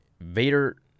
Vader